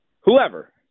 whoever